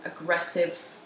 aggressive